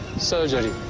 surgery.